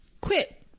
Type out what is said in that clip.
quit